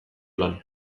lan